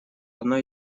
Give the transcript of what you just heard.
одной